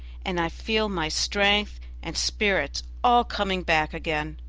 and i feel my strength and spirits all coming back again.